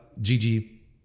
Gigi